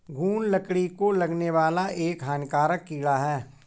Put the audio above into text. घून लकड़ी को लगने वाला एक हानिकारक कीड़ा है